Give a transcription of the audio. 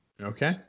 Okay